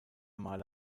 male